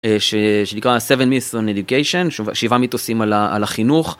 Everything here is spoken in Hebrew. שנקרא 7 myths on education, שבעה מיתוסים על החינוך.